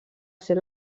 ser